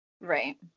Right